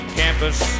campus